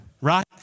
right